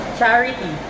charity